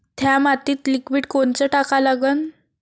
थ्या मातीत लिक्विड कोनचं टाका लागन?